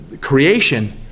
creation